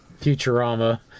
Futurama